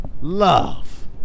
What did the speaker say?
Love